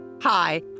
Hi